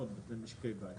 700 משקי בית.